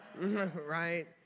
right